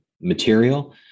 material